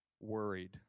Worried